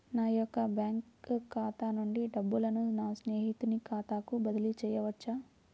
నా యొక్క బ్యాంకు ఖాతా నుండి డబ్బులను నా స్నేహితుని ఖాతాకు బదిలీ చేయవచ్చా?